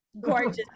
gorgeous